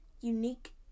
unique